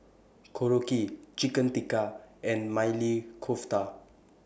Korokke Chicken Tikka and Maili Kofta